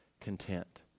content